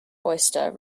oyster